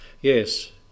yes